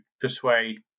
persuade